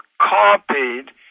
copied